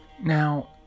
Now